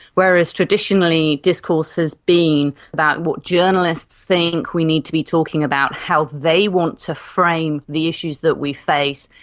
whereas traditionally discourse has been about what journalists think. we need to be talking about how they want to frame the issues that we face,